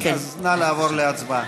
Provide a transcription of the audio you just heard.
אז נא לעבור להצבעה.